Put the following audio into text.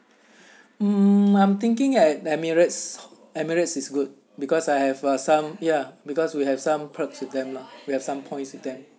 mm I'm thinking at emirates emirates is good because I have uh some ya because we have some points with them lah we have some points with them